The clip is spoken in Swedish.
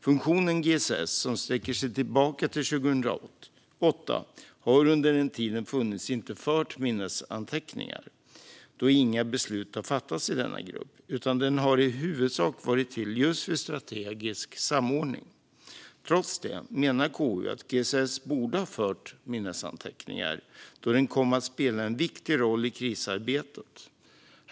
Funktionen GSS som sträcker sig tillbaka till 2008 har under den tid den funnits inte fört minnesanteckningar, då inga beslut har fattats i denna grupp utan den i huvudsak varit till för just strategisk samordning. Trots det menar KU att GSS borde ha fört minnesanteckningar, då gruppen kom att spela en viktig roll i krisarbetet.